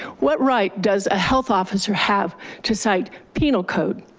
what right does a health officer have to cite penal code?